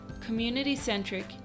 community-centric